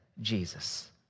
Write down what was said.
Jesus